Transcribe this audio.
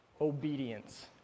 obedience